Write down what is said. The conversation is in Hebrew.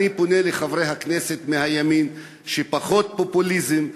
אני פונה לחברי הכנסת מהימין: פחות פופוליזם,